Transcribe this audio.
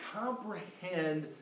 comprehend